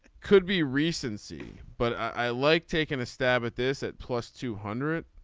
could be recency. but i like taking a stab at this at plus two hundred.